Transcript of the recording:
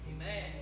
Amen